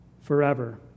forever